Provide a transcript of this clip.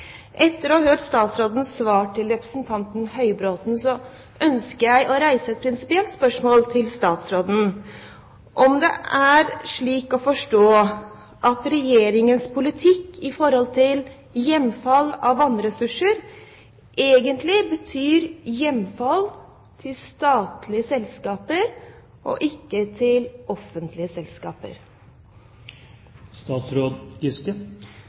Etter å ha hørt statsrådens svar til representanten Høybråten ønsker jeg å reise et prinsipielt spørsmål til statsråden: Er det slik å forstå at Regjeringens politikk når det gjelder hjemfall av vannressurser, egentlig betyr hjemfall til statlige selskaper og ikke til offentlige